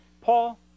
Paul